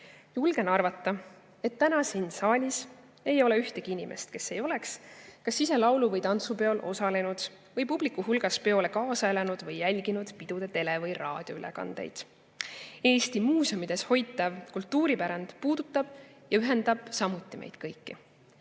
julgen arvata, et täna siin saalis ei ole ühtegi inimest, kes ei oleks kas ise laulu- või tantsupeol osalenud või publiku hulgas peole kaasa elanud või jälginud pidude tele- või raadioülekandeid. Eesti muuseumides hoitav kultuuripärand puudutab ja ühendab samuti meid kõiki.